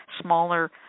smaller